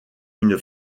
une